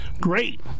Great